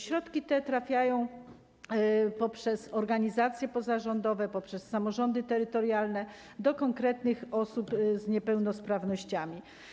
Środki te trafiają poprzez organizacje pozarządowe, poprzez samorządy terytorialne do konkretnych osób z niepełnosprawnościami.